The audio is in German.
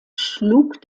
schlug